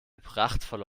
prachtvolle